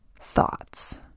thoughts